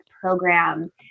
program